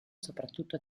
soprattutto